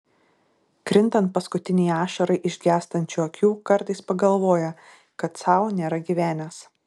krintant paskutinei ašarai iš gęstančių akių kartais pagalvoja kad sau nėra gyvenęs